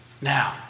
Now